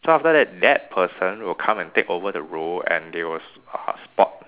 so after that that person will come and take over the role and they will s~ uh spot